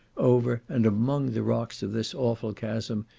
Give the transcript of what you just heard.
over, and among the rocks of this awful chasm,